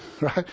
Right